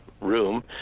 room